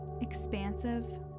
expansive